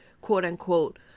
quote-unquote